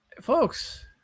Folks